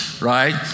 right